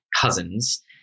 cousins